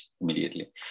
immediately